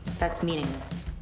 that's meaningless.